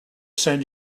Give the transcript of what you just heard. send